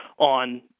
on